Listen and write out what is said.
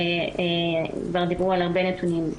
ודיברו על הרבה נתונים.